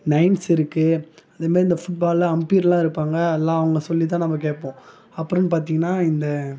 nines இருக்குது அதே மாதிரி இந்த ஃபுட்பால்லாம் அம்ப்பியர்லாம் இருப்பாங்க எல்லாம் அவங்க சொல்லி தான் நம்ம கேட்போம் அப்புறம்னு பார்த்தீங்கன்னா இந்த